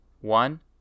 one